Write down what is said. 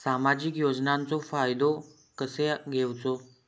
सामाजिक योजनांचो फायदो कसो घेवचो?